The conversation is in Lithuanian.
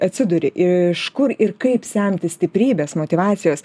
atsiduri iš kur ir kaip semtis stiprybės motyvacijos